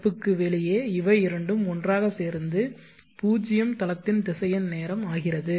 அணைப்புக்கு வெளியே இவை இரண்டும் ஒன்றாக சேர்ந்து 0 தளத்தின் திசையன் நேரம் ஆகிறது